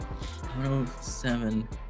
107